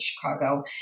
Chicago